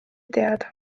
teada